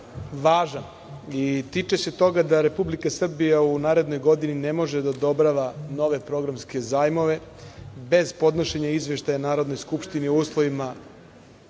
važan i tiče se toga da Republika Srbija u narednoj godini ne može da odobrava nove programske zajmove bez podnošenja izveštaja Narodnoj skupštini u uslovima